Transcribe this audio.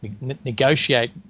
negotiate